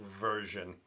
version